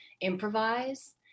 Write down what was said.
improvise